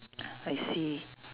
I see